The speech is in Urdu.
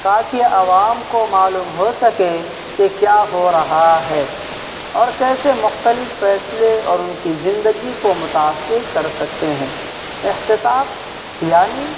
تاکہ عوام کو معلوم ہو سکے کہ کیا ہو رہا ہے اور کیسے مختلف فیصلے اور ان کی زندگی کو متاثر کر سکتے ہیں احتساب یعنی